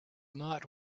not